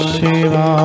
Shiva